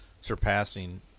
surpassing